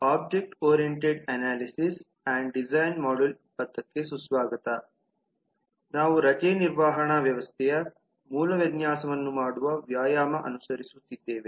object oriented analysis and design module 20 ಗೆ ಸುಸ್ವಾಗತ ನಾವು ರಜೆ ನಿರ್ವಹಣಾ ವ್ಯವಸ್ಥೆಯ ಮೂಲ ವಿನ್ಯಾಸವನ್ನು ಮಾಡುವ ವ್ಯಾಯಾಮ ಅನುಸರಿಸುತ್ತಿದ್ದೇವೆ